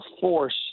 force